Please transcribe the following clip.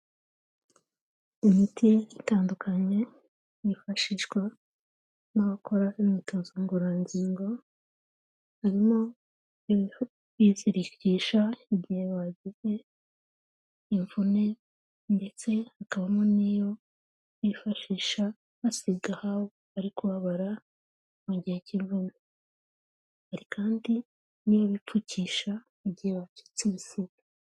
Imiti itandukanye yifashishwa n'abakora imyitozo ngororangingo, harimo ibiti bizirikisha igihe bazize imvune ndetse hakabamo n'iyo bifashisha basiga aho bari kubabara mu gihe k'imvune, hari kandi n'iyo bipfukisha mu igihe bacitse ibisebe.